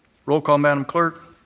roll call, madam clerk.